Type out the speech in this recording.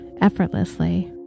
effortlessly